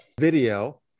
video